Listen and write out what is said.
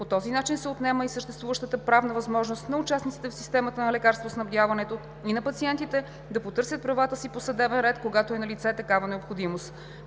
по този начин се отнема и съществуващата правна възможност на участниците в системата на лекарствоснабдяването и на пациентите да потърсят правата си по съдебен ред, когато е налице такава необходимост.